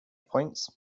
points